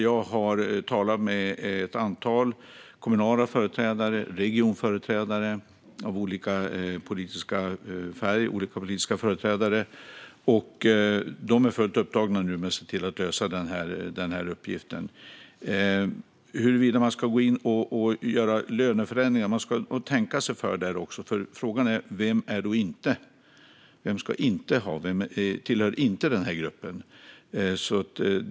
Jag har talat med ett antal kommunala företrädare och regionföreträdare av olika politisk färg. De är nu fullt upptagna med att se till att lösa den här uppgiften. När det gäller huruvida man ska gå in och göra löneförändringar ska man nog tänka sig för. Frågan är: Vem ska inte ha? Vem tillhör inte den här gruppen?